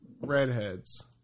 redheads